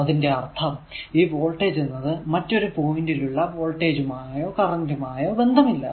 അതിന്റെ അർഥം ഈ വോൾടേജ് എന്നത് മറ്റൊരു പോയിന്റ് ൽ ഉള്ള വോൾടേജുമായോ കറന്റുമായോ ബന്ധമില്ല